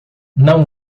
não